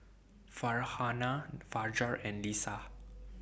Farhanah Fajar and Lisa